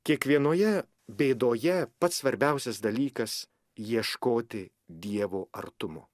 kiekvienoje bėdoje pats svarbiausias dalykas ieškoti dievo artumo